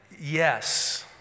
Yes